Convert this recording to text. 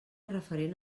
referent